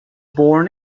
born